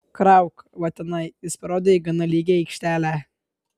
krauk va tenai jis parodė į gana lygią aikštelę